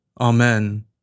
Amen